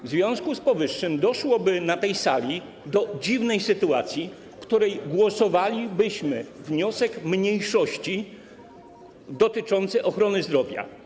W związku z powyższym doszłoby na tej sali do dziwnej sytuacji, gdyż głosowalibyśmy nad wnioskiem mniejszości dotyczącym ochrony zdrowia.